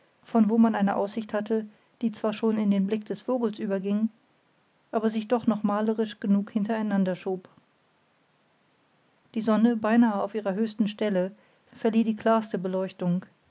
von wo man eine aussicht hatte die zwar schon in den blick des vogels überging aber sich doch noch malerisch genug hintereinander schob die sonne beinahe auf ihrer höchsten stelle verlieh die klarste beleuchtung